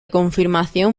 confirmación